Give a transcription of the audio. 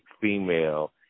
female